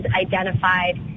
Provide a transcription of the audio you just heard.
identified